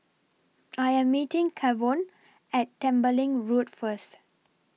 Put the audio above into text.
I Am meeting Kavon At Tembeling Road First